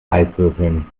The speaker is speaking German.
eiswürfeln